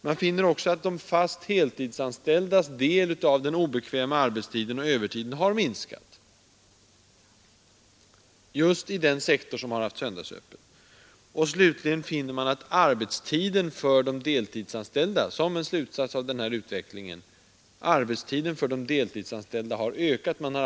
Man finner också att de fast heltidsanställdas del av den obekväma arbetstiden och övertiden har minskat just i den sektor som haft söndagsöppet. Slutligen finner man att arbetstiden för de deltidsanställda har ökat.